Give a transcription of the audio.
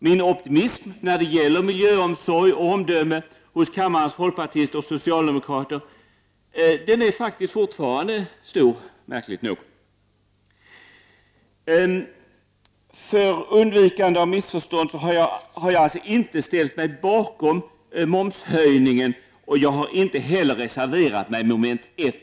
Min optimism när det gäller miljöomsorg och omdöme hos kammarens folkpartister och socialdemokrater är faktiskt stor — märkligt nog. För undvikande av missförstånd har jag alltså inte ställt mig bakom momshöjningen och inte heller reserverat mig beträffande mom. 1.